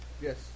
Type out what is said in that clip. Yes